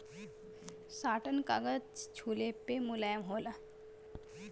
satin कागज छुले पे मुलायम होला